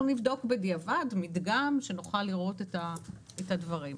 אנחנו נבדוק בדיעבד מדגם שנוכל לראות את הדברים.